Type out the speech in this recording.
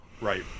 right